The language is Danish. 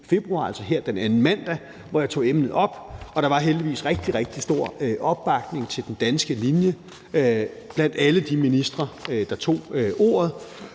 altså her den anden mandag, hvor jeg tog emnet op. Der var heldigvis rigtig, rigtig stor opbakning til den danske linje blandt alle de ministre, der tog ordet,